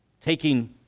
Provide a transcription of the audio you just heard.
taking